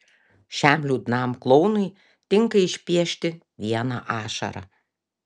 šiam liūdnam klounui tinka išpiešti vieną ašarą